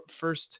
First